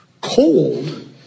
Cold